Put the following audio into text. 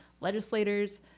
legislators